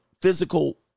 physical